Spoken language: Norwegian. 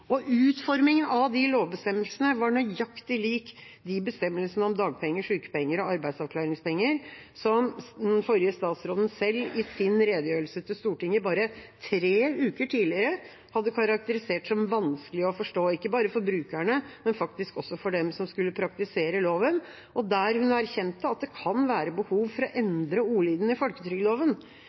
Og utformingen av de lovbestemmelsene er nøyaktig lik de bestemmelsene om dagpenger, sykepenger og arbeidsavklaringspenger som den forrige statsråden selv, i sin redegjørelse til Stortinget bare tre uker tidligere, hadde karakterisert som vanskelig å forstå, ikke bare for brukerne, men faktisk også for dem som skulle praktisere loven, og der hun erkjente at det kan være behov for å endre ordlyden i folketrygdloven,